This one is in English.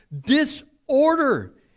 Disorder